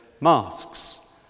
masks